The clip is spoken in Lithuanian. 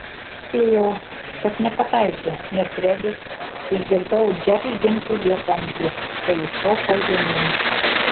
spėjau kad nepataikė nes regis išgirdau džeržgiantį lietvamzdį kai jis šoko žemyn